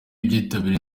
byitabiriwe